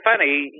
funny